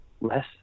less